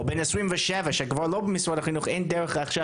או בן 27 שכבר לא במשרד החינוך, אין דרך עכשיו.